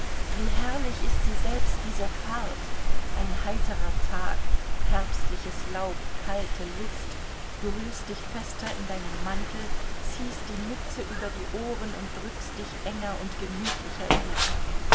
wie herrlich ist sie selbst diese fahrt ein heiterer tag herbstliches laub kalte luft du hüllst dich fester in deinen mantel ziehst die mütze über die ohren und drückst dich enger und gemütlicher in die ecke